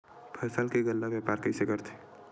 फसल के गल्ला व्यापार कइसे करथे?